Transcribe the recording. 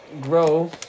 grow